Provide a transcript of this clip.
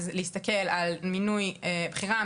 אז להסתכל על מינוי בחירה,